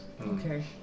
Okay